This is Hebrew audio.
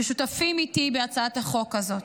ששותפים איתי בהצעת החוק הזאת.